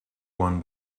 won